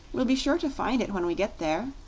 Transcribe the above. we'll be sure to find it when we get there.